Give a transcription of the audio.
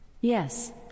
Yes